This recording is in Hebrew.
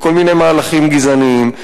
בכל מיני מהלכים גזעניים,